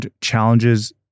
challenges